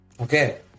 Okay